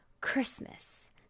Christmas